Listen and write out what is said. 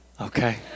Okay